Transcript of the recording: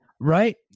right